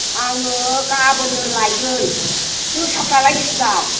आङो गाबोननो लायगोन जोसाफ्रालाय बेसेबां